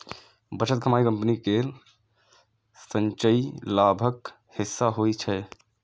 बचल कमाइ कंपनी केर संचयी लाभक हिस्सा होइ छै